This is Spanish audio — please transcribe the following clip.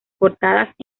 cortadas